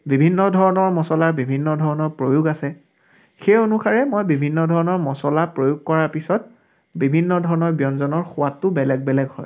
বিভিন্ন ধৰণৰ মছলাৰ বিভিন্ন ধৰণৰ প্ৰয়োগ আছে সেই অনুসাৰে মই বিভিন্ন ধৰণৰ মছলা প্ৰয়োগ কৰাৰ পিছত বিভিন্ন ধৰণৰ ব্যঞ্জনৰ সোৱাদটো বেলেগ বেলেগ হয়